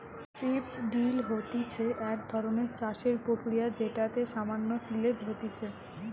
strip drill হতিছে এক ধরণের চাষের প্রক্রিয়া যেটাতে সামান্য তিলেজ হতিছে